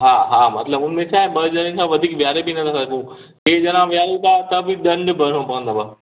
हा हा मतिलब हुनमें छा आहे ॿ ॼणण खां वधीक वेहारे बि नथा सघूं टे ॼणा वेहारुं था त बि दंड भरिणो पवंदव